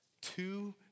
two